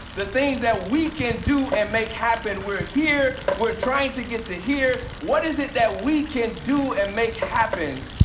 the things that we can do and make happen. we're here, we're trying to get to here. what is it that we can do and make happen,